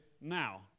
now